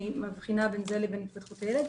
אני מבחינה בין זה לבין התפתחות הילד.